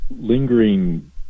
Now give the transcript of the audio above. lingering